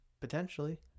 Potentially